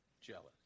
Jealous